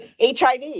HIV